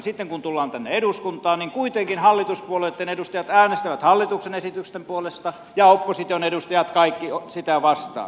sitten kun tullaan tänne eduskuntaan niin kuitenkin hallituspuolueitten edustajat äänestävät hallituksen esitysten puolesta ja opposition edustajat kaikki niitä vastaan